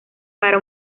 para